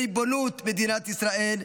בריבונות מדינת ישראל,